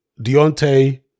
Deontay